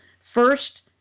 First